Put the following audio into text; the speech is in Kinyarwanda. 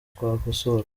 twakosora